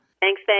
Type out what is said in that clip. Thanks